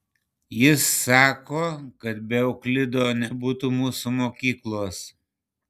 jis sako kad be euklido nebūtų mūsų mokyklos